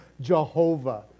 Jehovah